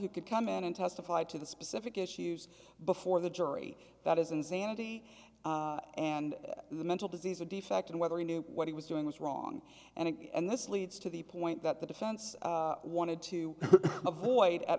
who could come in and testify to the specific issues before the jury that is insanity and the mental disease or defect and whether he knew what he was doing was wrong and this leads to the point that the defense wanted to avoid at